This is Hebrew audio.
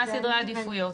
מה סדרי העדיפויות.